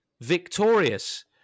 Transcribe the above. victorious